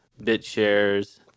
BitShares